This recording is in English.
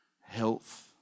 health